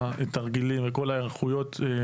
מישהו נמצא אתכם בקשר?